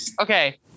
okay